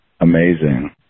amazing